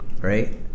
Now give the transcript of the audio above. right